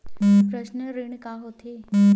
Personal ऋण का होथे?